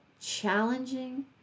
challenging